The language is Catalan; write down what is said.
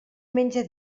menja